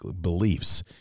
beliefs